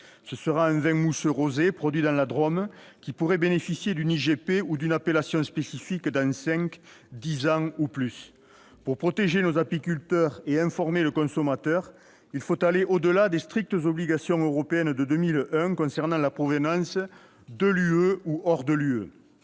Ce sera un vin mousseux rosé, produit dans la Drôme, qui pourrait bénéficier d'une IGP ou d'une appellation spécifique dans cinq ans, dix ans ou plus. Pour protéger nos apiculteurs et informer le consommateur, il faut aller au-delà des strictes obligations européennes de 2001 concernant la provenance de l'UE ou hors de l'UE.